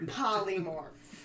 polymorph